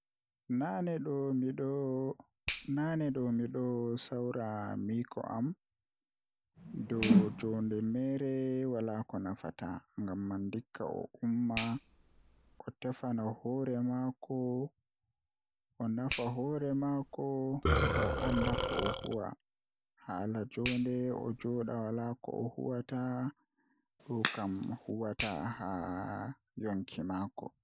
Ko waɗi mi yiɗi ahoosa am kuugal haa babal kuugal ma ngam to Ahoosi an mi habdan sosai haa kampani ma, Mi wannete kuugal no amari haaje nden mi tiɗdo masin mi Wannete kala ko ayiɗi fu kala ko ayiɗi pat mi wannete haa babal Kuugal ma ngam kampani man yaha yeedo.